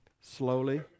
slowly